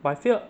but I feel